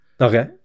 Okay